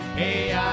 hey